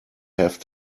have